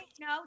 No